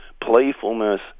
playfulness